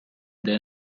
then